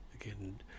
Again